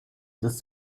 des